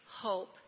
hope